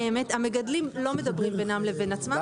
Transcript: למען האמת המגדלים לא מדברים בינם לבין עצמם,